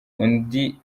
undi